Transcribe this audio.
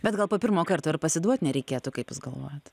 bet gal po pirmo karto ir pasiduot nereikėtų kaip jūs galvojat